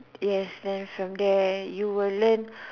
yes then from there you will learn